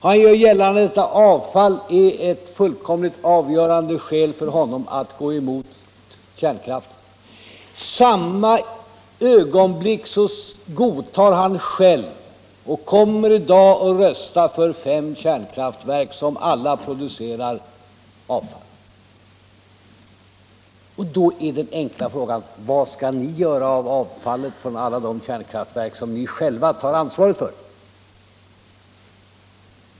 Han gör gällande att detta avfall är ett skäl för honom att gå emot kärnkraften. Men i samma ögonblick godtar han själv — och kommer i dag att rösta för — fem kärnkraftverk, som alla producerar avfall. Då är den enkla frågan: Var skall ni göra av avfallet från alla de kärnkraftverk som ni själva tar ansvaret för?